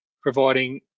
providing